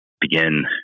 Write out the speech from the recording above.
begin